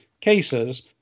cases